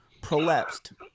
prolapsed